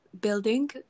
building